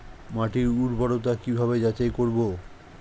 মাটির উর্বরতা কি ভাবে যাচাই করব?